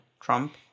Trump